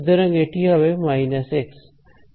সুতরাং এটি হবে x